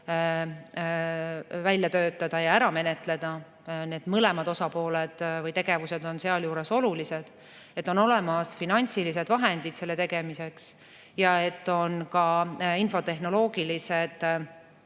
välja töötada ja ära menetleda. Need mõlemad osapooled või tegevused on sealjuures olulised: et on olemas finantsilised vahendid selle tegemiseks ja et on ka infotehnoloogilised